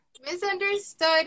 misunderstood